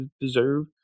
deserve